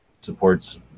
supports